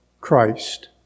Christ